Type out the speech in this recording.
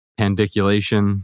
pandiculation